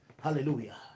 Hallelujah